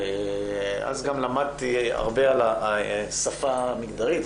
ואז גם למדתי הרבה על השפה המגדרית.